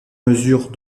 mesure